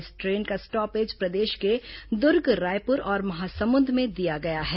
इस ट्रेन का स्टॉपेज प्रदेश के दुर्ग रायपुर और महासमुंद में दिया गया है